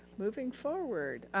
moving forward.